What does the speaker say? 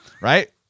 right